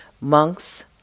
Monks